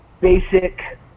basic